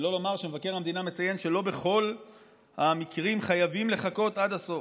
שלא לומר שמבקר המדינה ציין שלא בכל המקרים חייבים לחכות עד הסוף.